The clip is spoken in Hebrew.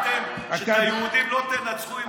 הבנתם שאת היהודים לא תנצחו עם הצבא,